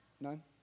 None